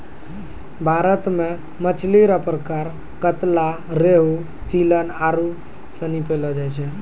भारत मे मछली रो प्रकार कतला, रेहू, सीलन आरु सनी पैयलो जाय छै